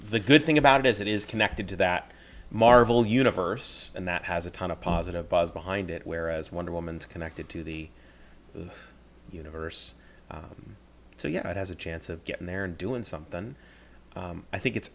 the good thing about it is it is connected to that marvel universe and that has a ton of positive buzz behind it whereas wonder woman to connected to the universe so yeah it has a chance of getting there and doing something and i think it's